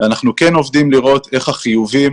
ואנחנו כן עובדים לראות איך החיובים